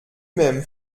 même